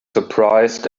surprised